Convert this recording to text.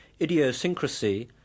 idiosyncrasy